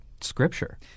scripture